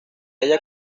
ella